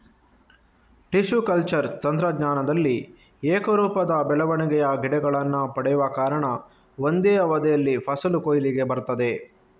tissue culture ತಂತ್ರಜ್ಞಾನದಲ್ಲಿ ಏಕರೂಪದ ಬೆಳವಣಿಗೆಯ ಗಿಡಗಳನ್ನ ಪಡೆವ ಕಾರಣ ಒಂದೇ ಅವಧಿಯಲ್ಲಿ ಫಸಲು ಕೊಯ್ಲಿಗೆ ಬರ್ತದೆ